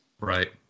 Right